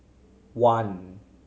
one